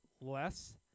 Less